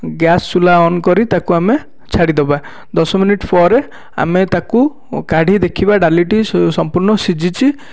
gas ଚୁଲା on କରି ତାକୁ ଆମେ ଛାଡ଼ିଦବା ଦଶ ମିନିଟ୍ ପରେ ଆମେ ତାକୁ କାଢ଼ି ଦେଖିବା ଡାଲିଟି ସମ୍ପୂର୍ଣ ସିଝିଛି